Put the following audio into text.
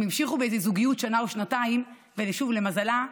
הם המשיכו בזוגיות שנה או שנתיים, ושוב, למזלה,